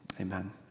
amen